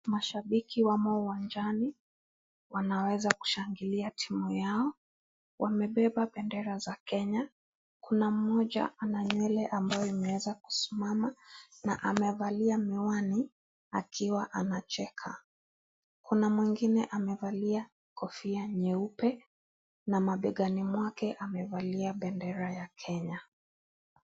Mashabiki wamo uwanjani wanaweza kushangilia timu yao. Wamebeba bendera za Kenya , kuna mmoja ana nywele ambayo imeweza kusimama na amevalia miwani akiwa anacheka , kuna mwingine amevalia kofia nyeupe na mabegani mwake amevalia bendera ya Kenya.